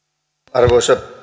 arvoisa